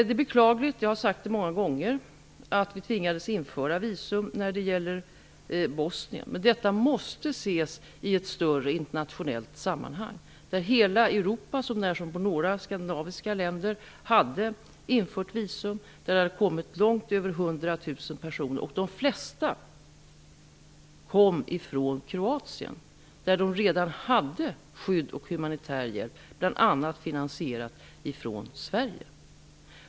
Det är beklagligt, och jag har sagt det många gånger, att vi tvingades införa visum för bosnier. Men detta måste ses i ett större internationellt sammanhang. Hela Europa, så när som på några Skandinaviska länder, hade infört visum. Det hade kommit långt över 100 000 personer. De flesta kom från Kroatien, där de redan hade skydd och humanitär hjälp, bl.a. finansierad från Sverige.